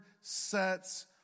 sets